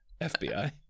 FBI